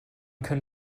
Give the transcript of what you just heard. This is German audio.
können